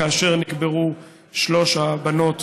כאשר נקברו שלוש הבנות